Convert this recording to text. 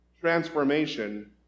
Transformation